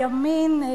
הימין,